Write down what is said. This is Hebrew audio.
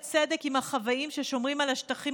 גם החוות שהוחלט בהחלטות ממשלה על הסדרתן